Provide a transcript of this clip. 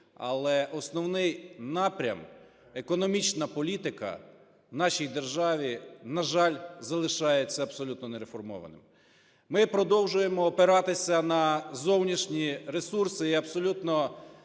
але основний напрям – економічна політика, на жаль, в нашій державі залишається абсолютно не реформованим. Ми продовжуємо опиратися на зовнішні ресурси і абсолютно